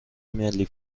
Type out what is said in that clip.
ملی